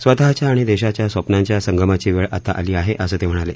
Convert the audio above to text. स्वतःच्या आणि देशाच्या स्वप्नांच्या संगमाची वेळ आता आली आहे असं ते म्हणाले